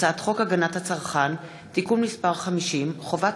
הצעת חוק הגנת הצרכן (תיקון מס' 50) (חובת